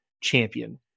champion